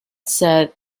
said